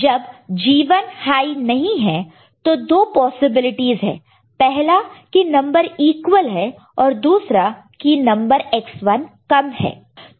जब G1 high नहीं है तो दो पॉसिबिलिटीज है पहला कि नंबर इक्वल है और दूसरा की नंबर X1 कम है